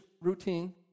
routine